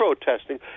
protesting